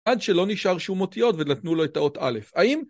עד שלא נשאר שום אותיות ונתנו לו את האות א', האם?